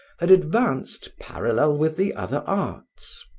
had advanced parallel with the other arts.